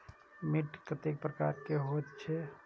मैंट कतेक प्रकार के होयत छै?